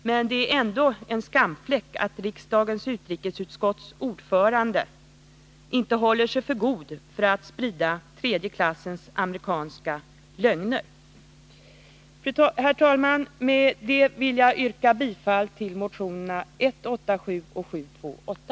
Men det är ändå en skamfläck att riksdagens utrikesutskotts ordförande inte håller sig för god för att sprida tredje klassens amerikanska lögner. Herr talman! Med detta vill jag yrka bifall till motionerna 187 och 728.